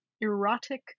erotic